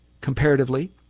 comparatively